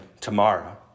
tomorrow